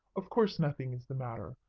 of course, nothing is the matter.